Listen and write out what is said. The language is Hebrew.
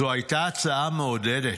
זו הייתה הצעה מעודדת.